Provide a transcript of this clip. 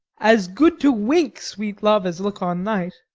as good to wink, sweet love, as look on night.